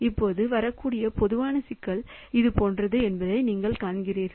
இப்போது வரக்கூடிய பொதுவான சிக்கல் இது போன்றது என்பதை நீங்கள் காண்கிறீர்கள்